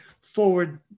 forward